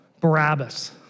Barabbas